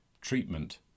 Treatment